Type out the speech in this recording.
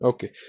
Okay